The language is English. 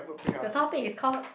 the topic is called